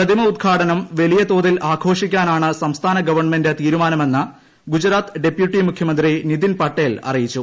പ്രതിമ ഉദ്ഘാടനം വലിയതോതിൽ ആഘോ ഷിക്കാനാണ് സംസ്ഥാന ഗവൺമെന്റ് തീരുമാനമെന്ന് ഗുജറാത്ത് ഡെപ്യൂട്ടി മുഖ്യമന്ത്രി നിതിൻ പട്ടേൽ അറിയിച്ചു